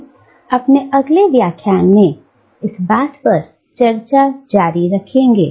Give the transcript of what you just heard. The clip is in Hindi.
हम अपने अगले व्याख्यान में इस चर्चा को जारी रखेंगे